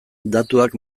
datuak